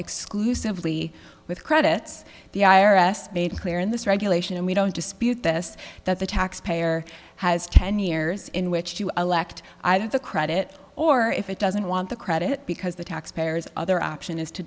exclusively with credits the i r s made clear in this regulation and we don't dispute this that the taxpayer has ten years in which to elect i did the credit or if it doesn't want the credit because the taxpayers other option is to